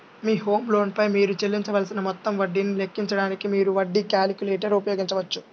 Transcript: మీ home loan పై మీరు చెల్లించవలసిన మొత్తం వడ్డీని లెక్కించడానికి, మీరు వడ్డీ క్యాలిక్యులేటర్ ఉపయోగించవచ్చు